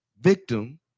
victim